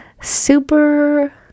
super